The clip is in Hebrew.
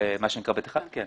נכון.